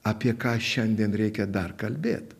apie ką šiandien reikia dar kalbėt